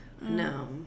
No